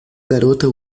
garota